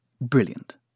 Brilliant